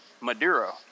maduro